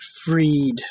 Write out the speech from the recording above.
freed